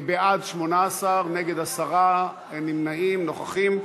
בעד, 18, נגד, 10, אין נמנעים, נוכחים.